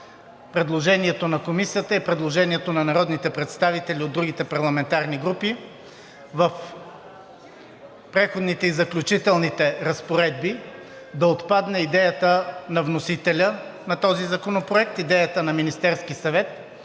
предложението на Комисията и предложението на народните представители от другите парламентарни групи в Преходните и заключителните разпоредби да отпадне идеята на вносителя на този законопроект, идеята на Министерския съвет